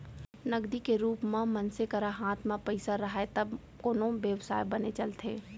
नगदी के रुप म मनसे करा हात म पइसा राहय तब कोनो बेवसाय बने चलथे